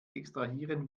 extrahieren